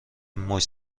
موج